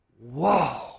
whoa